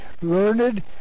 learned